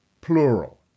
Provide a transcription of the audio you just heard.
plural